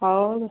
ಹೌದ್ರಾ